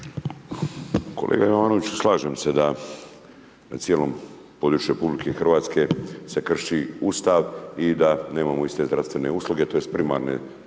Kolega Jovanoviću, slažem se da na cijelom području RH se krši Ustav i da nemamo iste zdravstvene usluge tj. primarne